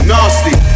Nasty